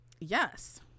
Yes